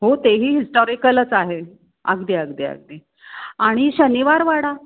हो तेही हिस्टॉरिकलच आहे अगदी अगदी अगदी आणि शनिवार वाडा